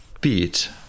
beat